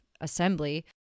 assembly